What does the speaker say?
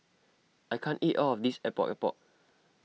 I can't eat all of this Epok Epok